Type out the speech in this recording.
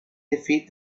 defeat